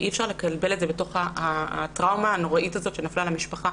ואי אפשר לקבל את זה בתוך הטראומה הנוראית שנפלה על המשפחה.